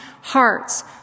hearts